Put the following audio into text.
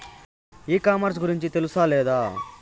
ఈ కామర్స్ గురించి తెలుసా లేదా?